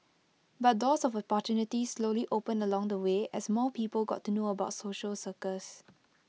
but doors of opportunities slowly opened along the way as more people got to know about social circus